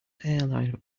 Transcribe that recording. airline